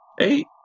Eight